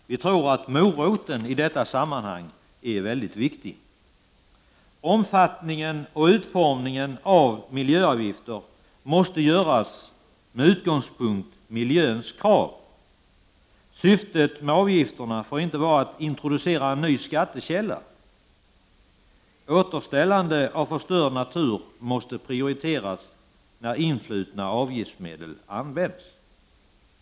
Vi tror att moroten i detta sammanhang är väldigt viktig. Omfattningen och utformningen av miljöavgifter måste utgå från naturens krav. Syftet med avgifterna får inte vara att introducera en ny skattekälla. Återställandet av förstörd natur måste prioriteras när influtna avgiftsmedel används.